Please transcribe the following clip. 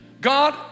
God